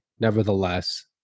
nevertheless